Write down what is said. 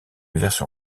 version